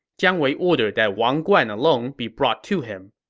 jiang wei ordered that wang guan alone be brought to him.